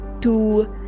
two